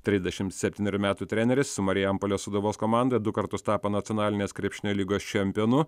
trisdešimt septynerių metų treneris su marijampolės sūduvos komanda du kartus tapo nacionalinės krepšinio lygos čempionu